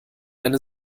eine